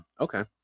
Okay